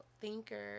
thinker